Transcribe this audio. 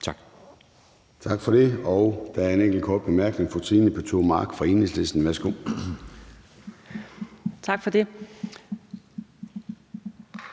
Tak.